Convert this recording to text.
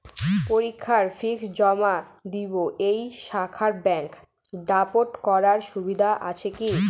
পরীক্ষার ফি জমা দিব এই শাখায় ব্যাংক ড্রাফট করার সুবিধা আছে কি?